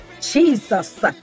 Jesus